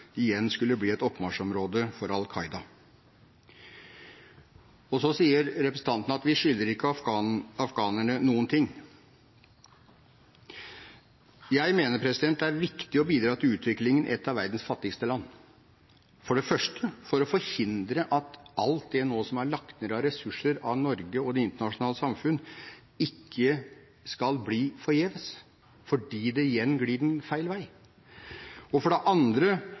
igjen skulle bli et oppmarsjområde for Al Qaida. Og så sier representanten at vi skylder ikke afghanerne noen ting. Jeg mener det er viktig å bidra til utviklingen i et av verdens fattigste land – for det første for å forhindre at alt det som nå er lagt ned av ressurser av Norge og det internasjonale samfunn, ikke skal være forgjeves fordi det igjen glir feil vei, og for det andre